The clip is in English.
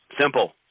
Simple